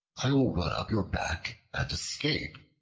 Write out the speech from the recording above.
i will run up your back and escape,